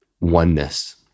oneness